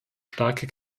starke